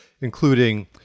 including